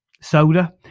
soda